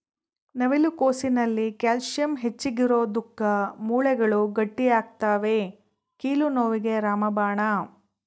ನವಿಲು ಕೋಸಿನಲ್ಲಿ ಕ್ಯಾಲ್ಸಿಯಂ ಹೆಚ್ಚಿಗಿರೋದುಕ್ಕ ಮೂಳೆಗಳು ಗಟ್ಟಿಯಾಗ್ತವೆ ಕೀಲು ನೋವಿಗೆ ರಾಮಬಾಣ